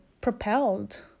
propelled